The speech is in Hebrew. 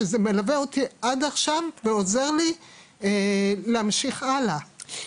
שזה מלווה אותי עד עכשיו ועוזר לי להמשיך הלאה.